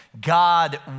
God